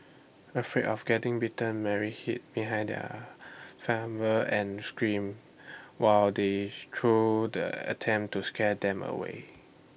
afraid of getting bitten Mary hid behind her and screamed while they threw the an attempt to scare them away